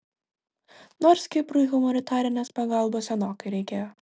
nors kiprui humanitarinės pagalbos senokai reikėjo